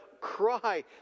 cry